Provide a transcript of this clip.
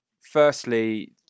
firstly